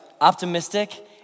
optimistic